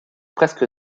presque